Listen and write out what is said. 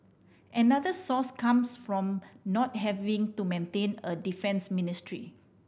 another source comes from not having to maintain a defence ministry